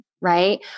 right